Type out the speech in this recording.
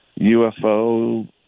UFO